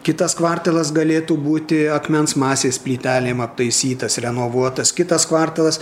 kitas kvartalas galėtų būti akmens masės plytelėm aptaisytas renovuotas kitas kvartalas